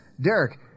Derek